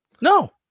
No